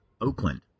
Oakland